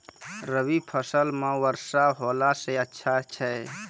रवी फसल म वर्षा होला से अच्छा छै?